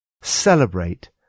Celebrate